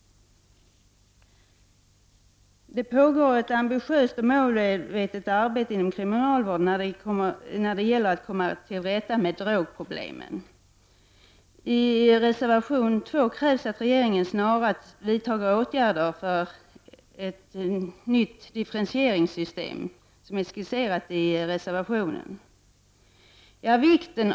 Det pågår ett ambitiöst och målmedvetet arbete inom kriminalvården när det gäller att komma till rätta med drogproblemen. I reservation 2 krävs att regeringen snarast vidtar åtgärder för ett nytt differentieringssystem, som är skisserat i reservationen.